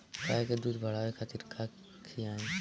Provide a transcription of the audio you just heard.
गाय के दूध बढ़ावे खातिर का खियायिं?